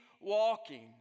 walking